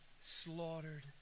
slaughtered